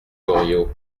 goriot